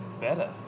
better